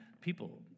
people